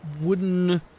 wooden